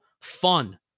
fun